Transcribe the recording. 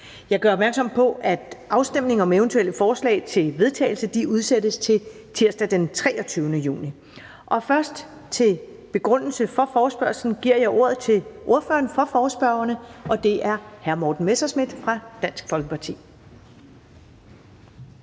Jeg gør opmærksom på, at afstemning om eventuelle forslag til vedtagelse udsættes til tirsdag den 23. juni 2020. Til begrundelse for forespørgslen giver jeg først ordet til ordføreren for forespørgerne, og det er hr. Morten Messerschmidt fra Dansk Folkeparti.